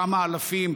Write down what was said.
כמה אלפים,